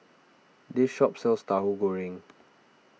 this shop sells Tauhu Goreng